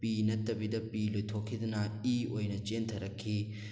ꯄꯤ ꯅꯠꯇꯕꯤꯗ ꯄꯤ ꯂꯣꯏꯊꯣꯛꯈꯤꯗꯨꯅ ꯏ ꯑꯣꯏꯅ ꯆꯦꯟꯊꯔꯛꯈꯤ